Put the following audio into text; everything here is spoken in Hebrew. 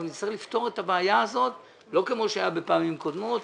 אנחנו נצטרך לפתור את הבעיה הזאת לא כמו שהיה בפעמים קודמות.